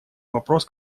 вопрос